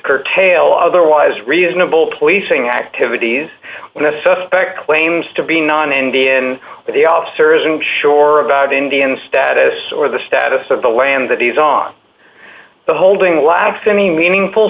curtail otherwise reasonable policing activities when a suspect claims to be non indian but the officer isn't sure about indian status or the status of the land that he's on the holding laugh any meaningful